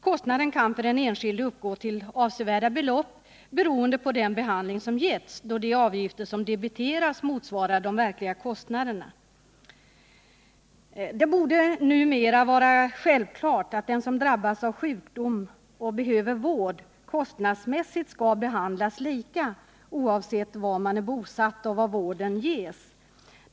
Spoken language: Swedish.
Kostnaden kan för den enskilde uppgå till avsevärda belopp, beroende på den behandling som getts, då de avgifter som debiteras motsvarar de verkliga kostnaderna. Det borde numera vara självklart att de som drabbas av sjukdom och behöver vård kostnadsmässigt skall behandlas lika oavsett var de är bosatta och var vården ges.